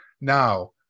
Now